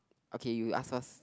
okay you ask us